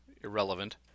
irrelevant